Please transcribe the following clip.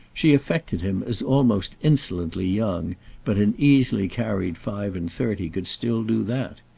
she affected him as almost insolently young but an easily carried five-and-thirty could still do that.